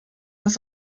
das